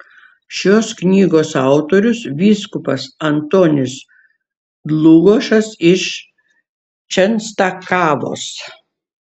šios knygos autorius vyskupas antonis dlugošas iš čenstakavos